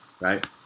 right